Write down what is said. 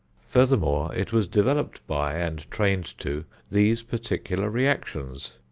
furthermore, it was developed by, and trained to, these particular reactions.